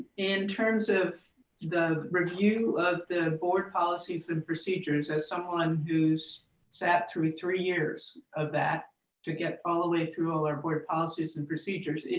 in terms of the review of the board policies and procedures as someone who's sat through three years of that to get all the way through all our board policies and procedures,